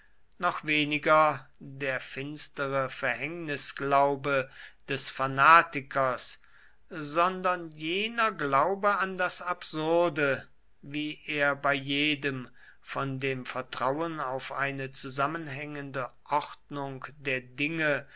noch weniger der finstere verhängnisglaube des fanatikers sondern jener glaube an das absurde wie er bei jedem von dem vertrauen auf eine zusammenhängende ordnung der dinge